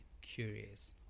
curious